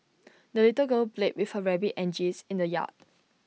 the little girl played with her rabbit and geese in the yard